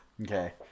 Okay